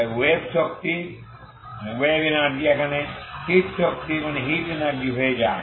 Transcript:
তাই ওয়েভ শক্তি এখানে হিট শক্তি হয়ে যায়